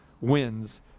wins